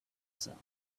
sound